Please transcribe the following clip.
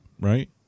right